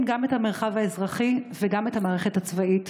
גם את המרחב האזרחי וגם את המערכת הצבאית,